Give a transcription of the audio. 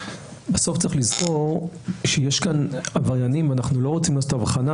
בסוף יש לזכור שיש כאן עבריינים ואנו לא רוצים לעשות הבחנה